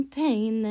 pain